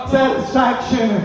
satisfaction